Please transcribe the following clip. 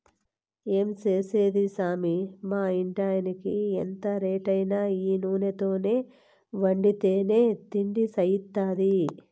ఏం చేసేది సామీ మా ఇంటాయినకి ఎంత రేటైనా ఈ నూనెతో వండితేనే తిండి సయిత్తాది